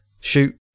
shoot